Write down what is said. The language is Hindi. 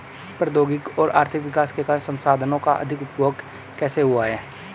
प्रौद्योगिक और आर्थिक विकास के कारण संसाधानों का अधिक उपभोग कैसे हुआ है?